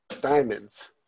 Diamonds